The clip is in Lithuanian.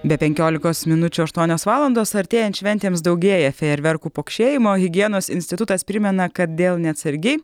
be penkiolikos minučių aštuonios valandos artėjant šventėms daugėja fejerverkų pokšėjimo higienos institutas primena kad dėl neatsargiai